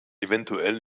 eventuell